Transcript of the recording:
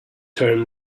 turn